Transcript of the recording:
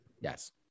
Yes